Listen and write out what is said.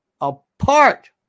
apart